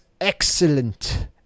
excellent